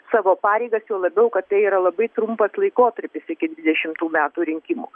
savo pareigas juo labiau kad tai yra labai trumpas laikotarpis iki dvidešimų metų rinkimų